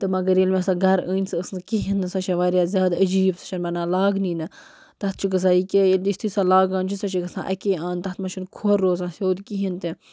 تہٕ مگر ییٚلہِ مےٚ سۄ گَرٕ أنۍ سو ٲس نہٕ کِہیٖنۍ نہٕ سۄ چھےٚ واریاہ زیادٕ عجیٖب سۄ چھَنہٕ بنان لاگنی نہٕ تَتھ چھُ گژھان یُتھٕے سۄ لاگان چھِ سۄ چھِ گژھان اَکی اَنٛدٕ تَتھ منٛز چھُنہٕ کھۄر روزان سیوٚد کِہیٖنۍ تہِ